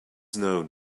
known